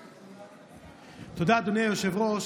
תודה, אדוני היושב-ראש.